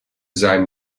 seinem